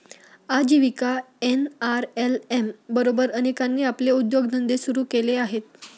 आजीविका एन.आर.एल.एम बरोबर अनेकांनी आपले उद्योगधंदे सुरू केले आहेत